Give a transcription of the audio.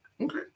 Okay